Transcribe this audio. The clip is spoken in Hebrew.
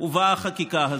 הובאה החקיקה הזאת,